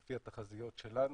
לפי התחזיות שלנו.